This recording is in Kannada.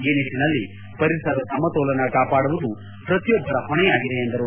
ಈ ನಿಟ್ಟಿನಲ್ಲಿ ಪರಿಸರ ಸಮತೋಲನ ಕಾಪಾಡುವುದು ಪ್ರತಿಯೊಬ್ಬರ ಹೊಣೆಯಾಗಿದೆ ಎಂದರು